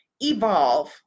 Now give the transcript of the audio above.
evolve